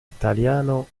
italiano